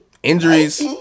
Injuries